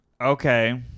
Okay